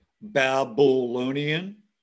Babylonian